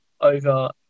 over